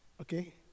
okay